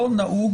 לא נהוג